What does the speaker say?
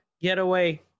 getaway